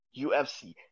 UFC